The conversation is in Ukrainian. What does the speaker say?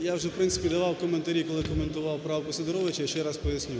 Я вже в принципі давав коментарі, коли коментував правку Сидоровича. Ще раз поясню.